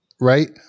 right